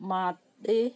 ಮಾಡಿ